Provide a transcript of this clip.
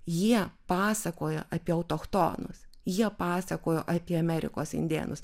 jie pasakojo apie autochtonus jie pasakojo apie amerikos indėnus